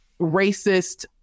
racist